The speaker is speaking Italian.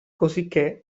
cosicché